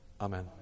Amen